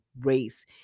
race